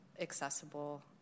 accessible